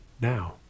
now